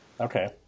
Okay